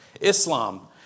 Islam